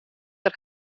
der